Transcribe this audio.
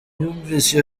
yumvise